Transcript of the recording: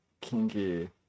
kinky